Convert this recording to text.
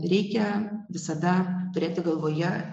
reikia visada turėti galvoje